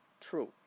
true